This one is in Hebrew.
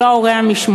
שאינו ההורה המשמורן.